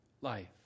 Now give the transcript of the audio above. life